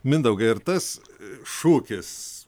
mindaugai ar tas šūkis